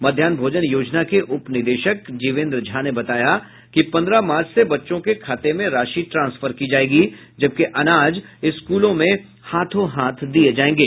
मध्याह्न भोजन योजना के उप निदेशक जिवेंद्र झा ने बताया कि पंद्रह मार्च से बच्चों के खाते में राशि ट्रांसफर की जायेगी जबकि अनाज स्कूलों में हाथों हाथ दिये जायेंगे